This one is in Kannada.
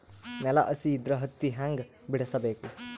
ನೆಲ ಹಸಿ ಇದ್ರ ಹತ್ತಿ ಹ್ಯಾಂಗ ಬಿಡಿಸಬೇಕು?